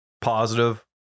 positive